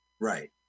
Right